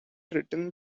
written